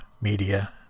Media